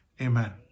Amen